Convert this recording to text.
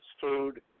food